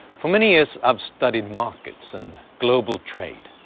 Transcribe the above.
for many years, i've studied markets and global trade.